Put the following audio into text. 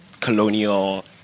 colonial